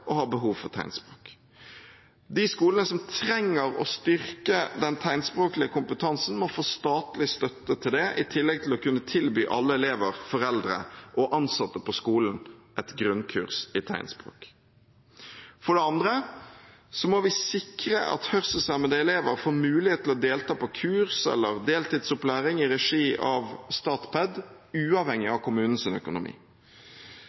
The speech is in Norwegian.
og har behov for tegnspråk. De skolene som trenger å styrke den tegnspråklige kompetansen, må få statlig støtte til det, i tillegg til å kunne tilby alle elever, foreldre og ansatte på skolen et grunnkurs i tegnspråk. For det andre må vi sikre at hørselshemmede elever får mulighet til å delta på kurs eller deltidsopplæring i regi av Statped, uavhengig